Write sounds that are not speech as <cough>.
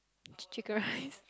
chi~ chicken-rice <breath>